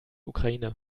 ukraine